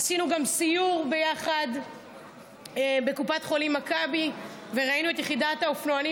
עשינו גם סיור יחד בקופת חולים מכבי וראינו את יחידת האופנוענים,